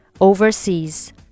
overseas